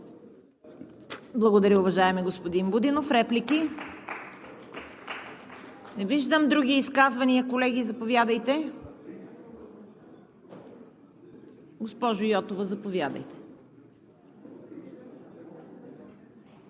Благодаря, уважаеми господин Будинов. Реплики? Не виждам. Други изказвания, колеги. Госпожо Йотова, заповядайте.